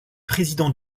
président